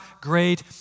great